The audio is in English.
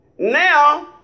Now